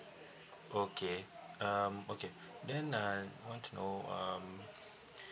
okay um okay then I want to know um